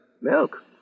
Milk